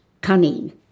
cunning